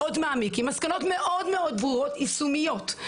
מאוד מעמיק עם מסקנות מאוד ברורות, יישומיות.